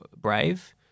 brave